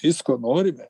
visko norime